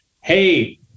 Hey